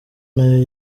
nayo